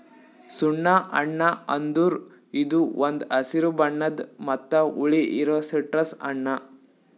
ಸುಣ್ಣ ಹಣ್ಣ ಅಂದುರ್ ಇದು ಒಂದ್ ಹಸಿರು ಬಣ್ಣದ್ ಮತ್ತ ಹುಳಿ ಇರೋ ಸಿಟ್ರಸ್ ಹಣ್ಣ